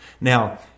Now